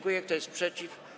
Kto jest przeciw?